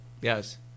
yes